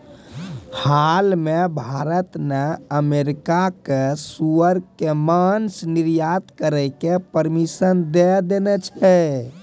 हाल मॅ भारत न अमेरिका कॅ सूअर के मांस निर्यात करै के परमिशन दै देने छै